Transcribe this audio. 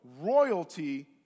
royalty